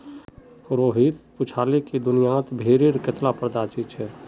रोहित पूछाले कि दुनियात भेडेर कत्ला प्रजाति छे